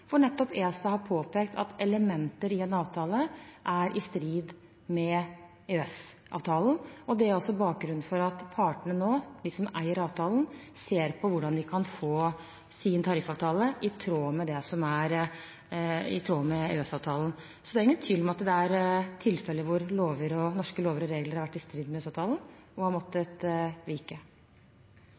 nettopp ESA har påpekt at elementer i en avtale er i strid med EØS-avtalen, og det er også bakgrunnen for at partene som eier avtalen, nå ser på hvordan de kan få sin tariffavtale i tråd med EØS-avtalen. Så det er ingen tvil om at det er tilfeller hvor norske lover og regler har vært i strid med EØS-avtalen og har måttet vike.